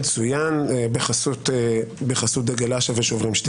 מצוין, בחסות דגל אש"ף ושוברים שתיקה.